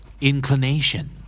Inclination